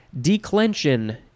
Declension